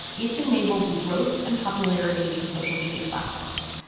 it's enabled the growth and popularity of social media platforms.